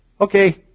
Okay